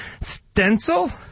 stencil